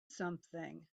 something